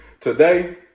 today